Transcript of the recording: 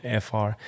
FR